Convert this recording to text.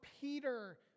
Peter